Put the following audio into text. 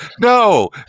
no